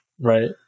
right